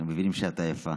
אנחנו מבינים שאת עייפה,